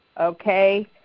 Okay